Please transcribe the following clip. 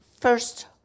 first